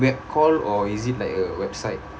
web call or is it like a website